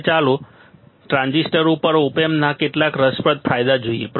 હવે ચાલો ટ્રાન્ઝિસ્ટર ઉપર ઓપ એમ્પના કેટલાક રસપ્રદ ફાયદા જોઈએ